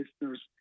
listeners